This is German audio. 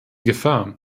gefahr